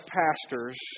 pastors